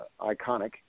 iconic